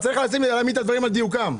צריך להעמיד דברים על דיוקם.